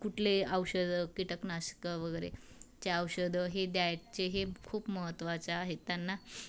कुठले औषधं कीटकनाशकं वगैरे ते औषधं हे द्यायचे हे खूप महत्त्वाचं आहेत त्यांना